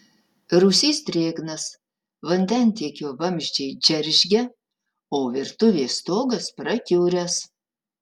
rūsys drėgnas vandentiekio vamzdžiai džeržgia o virtuvės stogas prakiuręs